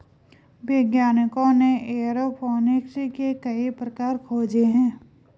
वैज्ञानिकों ने एयरोफोनिक्स के कई प्रकार खोजे हैं